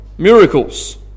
miracles